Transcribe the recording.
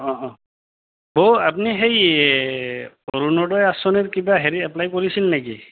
অঁ অঁ হ' আপনি সেই অৰুণোদয় আঁচনিৰ কিবা হেৰি এপ্লাই কৰিছিল নেকি